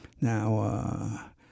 Now